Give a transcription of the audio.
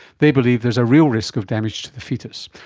they believe there is a real risk of damage to the foetus.